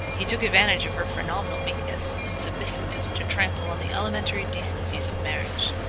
he took advantage of her phenomenal meekness and submissiveness to trample on the elementary decencies of marriage.